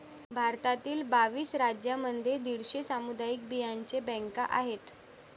भारतातील बावीस राज्यांमध्ये दीडशे सामुदायिक बियांचे बँका आहेत